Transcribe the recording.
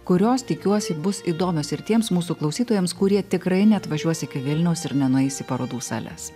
kurios tikiuosi bus įdomios ir tiems mūsų klausytojams kurie tikrai neatvažiuos iki vilniaus ir nenueis į parodų sales